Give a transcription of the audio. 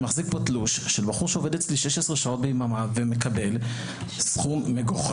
אני מחזיק תלוש של בחור שעובד אצלי 16 שעות בשבוע ומקבל סכום מגוחך